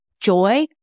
joy